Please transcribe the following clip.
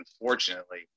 unfortunately